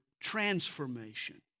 transformation